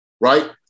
Right